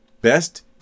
Best